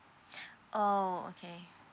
oh okay